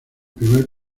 primer